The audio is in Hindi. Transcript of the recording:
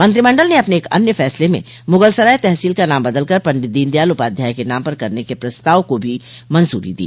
मंत्रिमंडल ने अपने एक अन्य फैसले में मुगलसराय तहसील का नाम बदलकर पंडिल दीनदयाल उपाध्याय के नाम पर करने के प्रस्ताव को भी मंजूरी दी